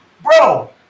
Bro